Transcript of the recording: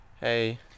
Hey